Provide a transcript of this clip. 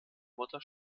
mutter